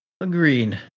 Agreed